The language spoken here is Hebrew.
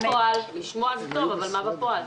לשמוע זה טוב, אבל מה בפועל?